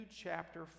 chapter